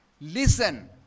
Listen